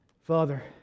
Father